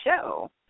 show